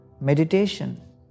Meditation